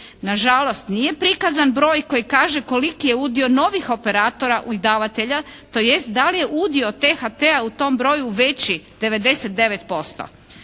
Nažalost nije prikazan broj koji kaže koliko je udio novih operatora, izdavatelja, tj. da li je udio THT-a u tom broju veći 99%.